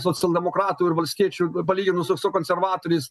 socialdemokratų ir valstiečių palyginus su konservatoriais